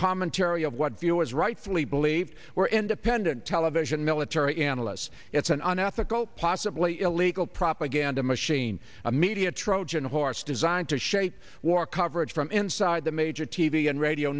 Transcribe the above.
commentary of what viewers rightfully believed were independent television military analysts it's an unethical possibly illegal propaganda machine a media trojan horse designed to shape war coverage from inside the major t v and radio